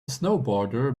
snowboarder